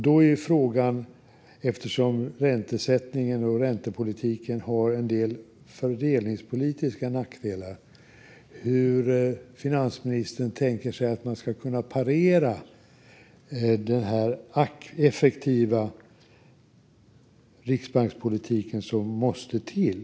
Då är frågan, eftersom räntesättningen och räntepolitiken har en del fördelningspolitiska nackdelar, hur finansministern tänker sig att man ska kunna parera den effektiva riksbankspolitik som måste till.